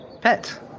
pet